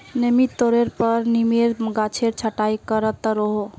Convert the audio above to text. नियमित तौरेर पर नीमेर गाछेर छटाई कर त रोह